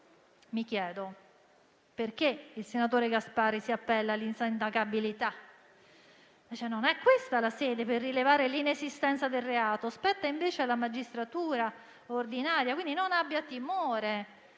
Mi chiedo pertanto perché il senatore Gasparri si appelli all'insindacabilità. Non è questa la sede per rilevare l'inesistenza del reato, che spetta invece alla magistratura ordinaria; non abbia quindi